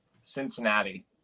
Cincinnati